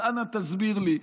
אז אנא תסביר לי,